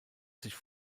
sich